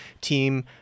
team